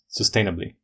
sustainably